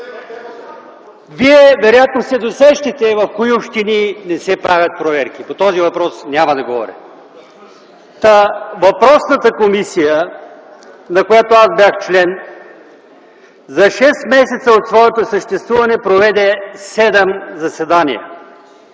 Вие вероятно се досещате в кои общини не се правят проверки. По този въпрос няма да говоря. Та въпросната комисия, на която бях член, за шест месеца от своето съществуване проведе седем заседания.